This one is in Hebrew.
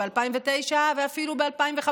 ב-2009 ואפילו ב-2015.